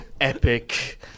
epic